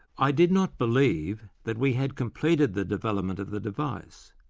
i did not believe that we had completed the development of the device.